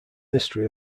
mystery